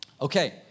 Okay